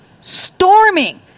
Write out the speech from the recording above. storming